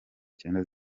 cyenda